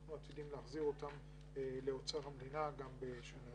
אנחנו עתידים להחזיר לאוצר המדינה גם בשנה זו.